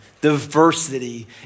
diversity